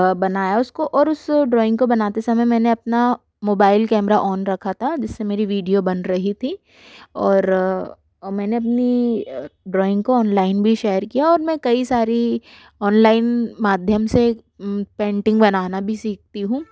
बनाया उसको और उस ड्रॉइंग को बनाते समय मैंने अपना मोबाइल कैमरा ऑन रखा था जिस से मेरी वीडियो बन रही थी और मैंने अपनी ड्रॉइंग को ऑनलाइन भी शेयर किया और मैं कई सारी ऑनलाइन माध्यम से पेंटिंग बनाना भी सीखती हूँ